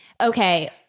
okay